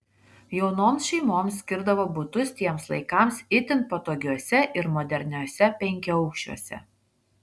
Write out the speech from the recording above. jaunoms šeimoms skirdavo butus tiems laikams itin patogiuose ir moderniuose penkiaaukščiuose